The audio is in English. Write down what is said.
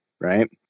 right